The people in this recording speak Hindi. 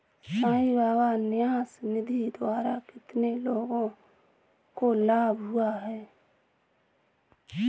साई बाबा न्यास निधि द्वारा कितने लोगों को लाभ हुआ?